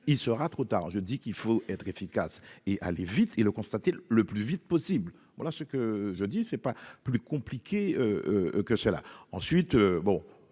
il sera trop tard, je dis qu'il faut être efficace et aller vite et le constater le plus vite possible, voilà ce que je dis c'est pas plus compliqué que cela,